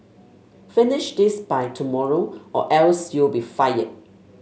finish this by tomorrow or else you'll be fired